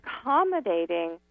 accommodating